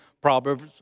Proverbs